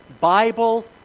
Bible